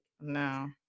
No